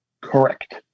Correct